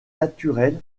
naturel